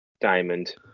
Diamond